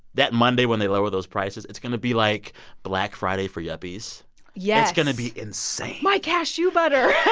that monday when they lower those prices, it's going to be like black friday for yuppies yes. it's going to be insane my cashew butter. yeah